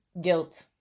Guilt